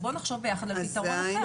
אז בואו נחשוב על פתרון אחר.